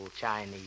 Chinese